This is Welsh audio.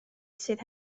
sydd